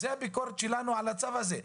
זה הביקורת שלנו על הצו הזה,